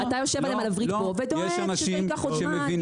אתה יושב להם על הווריד פה ודואג שזה ייקח עוד זמן,